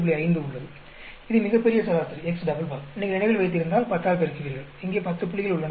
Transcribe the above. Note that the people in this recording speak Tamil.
5 உள்ளது இது மிகப்பெரிய சராசரி ̿X நீங்கள் நினைவில் வைத்திருந்தால் 10 ஆல் பெருக்குவீர்கள் இங்கே 10 புள்ளிகள் உள்ளனவா